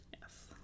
Yes